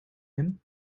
him